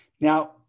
Now